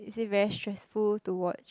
is it very stressful to watch